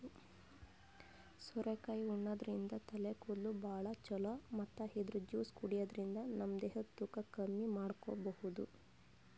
ಸೋರೆಕಾಯಿ ಉಣಾದ್ರಿನ್ದ ತಲಿ ಕೂದಲ್ಗ್ ಭಾಳ್ ಛಲೋ ಮತ್ತ್ ಇದ್ರ್ ಜ್ಯೂಸ್ ಕುಡ್ಯಾದ್ರಿನ್ದ ನಮ ದೇಹದ್ ತೂಕ ಕಮ್ಮಿ ಮಾಡ್ಕೊಬಹುದ್